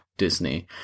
Disney